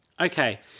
Okay